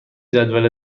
جدول